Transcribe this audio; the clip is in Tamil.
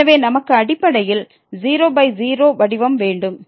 எனவே நமக்கு அடிப்படையில் 00 வடிவம் வேண்டும்